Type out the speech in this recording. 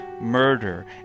murder